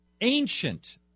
ancient